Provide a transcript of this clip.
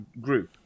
group